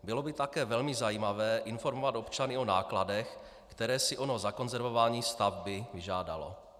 Bylo by také velmi zajímavé informovat občany o nákladech, které si ono zakonzervování stavby vyžádalo.